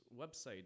website